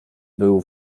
był